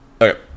Okay